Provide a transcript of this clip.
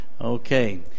Okay